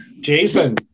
Jason